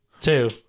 Two